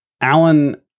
Alan